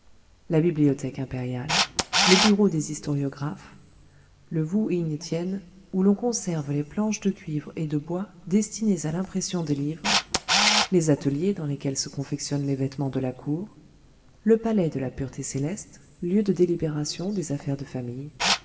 la bibliothèque impériale le bureau des historiographes le vou igne tiène où l'on conserve les planches de cuivre et de bois destinées à l'impression des livres les ateliers dans lesquels se confectionnent les vêtements de la cour le palais de la pureté céleste lieu de délibération des affaires de famille